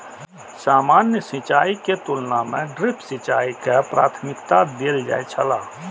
सामान्य सिंचाई के तुलना में ड्रिप सिंचाई के प्राथमिकता देल जाय छला